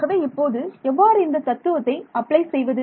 ஆகவே இப்போது எவ்வாறு இந்த தத்துவத்தை அப்ளை செய்வது